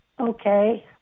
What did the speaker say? Okay